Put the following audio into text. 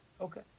Okay